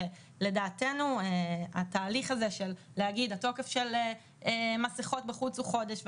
שלדעתנו כשאומרים שהתוקף של מסכות בחוץ הוא חודש,